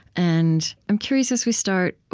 and i'm curious, as we start,